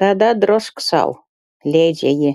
tada drožk sau leidžia ji